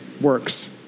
works